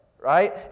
Right